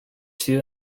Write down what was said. two